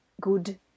good